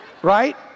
Right